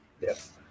Yes